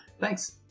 Thanks